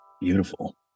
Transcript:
Beautiful